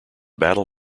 battle